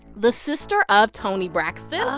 the sister of toni braxton oh,